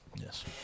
Yes